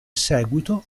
seguito